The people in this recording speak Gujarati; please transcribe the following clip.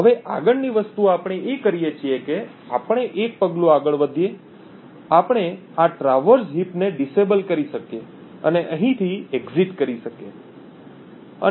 હવે આગળની વસ્તુ આપણે એ કરીએ છીએ કે આપણે એક પગલું આગળ વધીએ આપણે આ ટ્રાવર્સ હીપ ને ડિસેબલ કરી શકીએ અને અહીંથી એક્ઝિટ કરી શકીએ